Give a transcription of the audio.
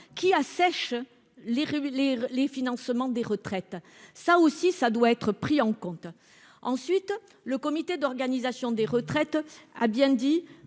qui assèche les les les financements des retraites, ça aussi ça doit être pris en compte. Ensuite, le comité d'organisation des retraites a bien dit